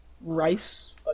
rice